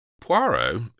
Poirot